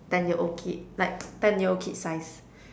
ten year old kid like ten year old kid size